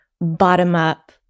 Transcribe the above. bottom-up